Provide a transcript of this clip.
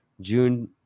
June